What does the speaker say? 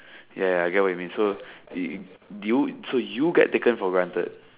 ya ya I get what you mean so you do you so you get taken for granted